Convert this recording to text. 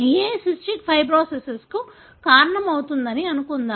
A cystic ఫైబ్రోసిస్కు కారణమవుతుందని అనుకుందాం